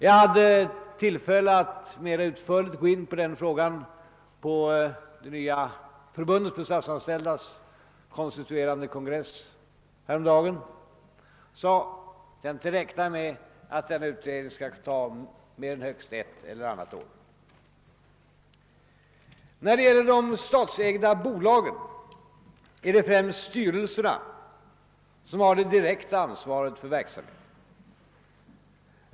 Jag hade tillfälle att mera utförligt gå in på denna fråga vid den konstituerande kongressen med det nya Statsanställdas förbund häromdagen, och som jag sade då räknar jag med att ut redningen inte skall ta mer än högst ett eller annat år. När det gäller de statsägda bolagen är det styrelserna som har det direkta ansvaret för verksamheten.